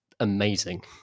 amazing